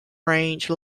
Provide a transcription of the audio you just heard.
range